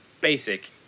basic